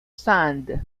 sand